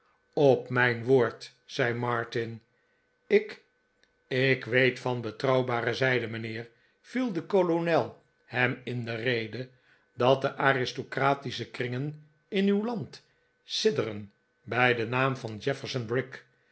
op mijn woord zei martin ik ik weet van betrouwbare zijde mijnheer viel de kolonel hem in de rede dat de aristocratische kringen in uw land sidderen bij den naam van